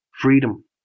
freedom